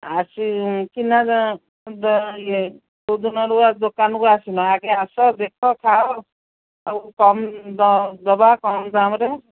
ଆସିକିନା ଇଏ କେଉଁଦିନରୁ ଦୋକାନକୁ ଆସିନ ଆଗେ ଆସ ଦେଖ ଖାଅ ଆଉ କମ୍ ଦେବା କମ୍ ଦାମ୍ରେ